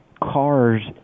cars